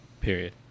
period